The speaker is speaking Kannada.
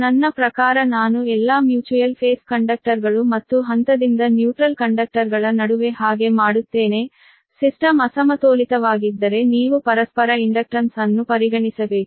ನನ್ನ ಪ್ರಕಾರ ನಾನು ಎಲ್ಲಾ ಮ್ಯೂಚುಯಲ್ ಫೇಸ್ ಕಂಡಕ್ಟರ್ಗಳು ಮತ್ತು ಹಂತದಿಂದ ನ್ಯೂಟ್ರಲ್ ಕಂಡಕ್ಟರ್ಗಳ ನಡುವೆ ಹಾಗೆ ಮಾಡುತ್ತೇನೆ ಸಿಸ್ಟಮ್ ಅಸಮತೋಲಿತವಾಗಿದ್ದರೆ ನೀವು ಪರಸ್ಪರ ಇಂಡಕ್ಟನ್ಸ್ ಅನ್ನು ಪರಿಗಣಿಸಬೇಕು